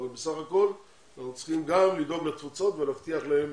אבל בסך הכול אנחנו צריכים גם לדאוג לתפוצות ולהבטיח להם